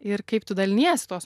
ir kaip tu daliniesi tuo